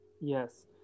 yes